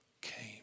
came